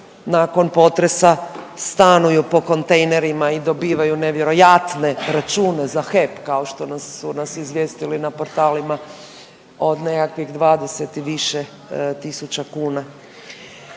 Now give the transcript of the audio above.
nakon potresa stanuju po kontejnerima i dobivaju nevjerojatne račune za HEP kao što su nas izvijestili na portalima od nekakvih 20 i više tisuća kuna.